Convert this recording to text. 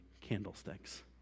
candlesticks